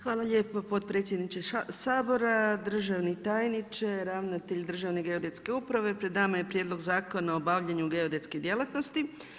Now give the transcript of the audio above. Hvala lijepa potpredsjedniče Sabora, državni tajniče, ravnatelju Državne geodetske uprave, pred nam je prijedlog Zakona o obavljanju geodetskih djelatnosti.